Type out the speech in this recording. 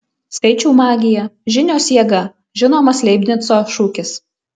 skaičių magija žinios jėga žinomas leibnico šūkis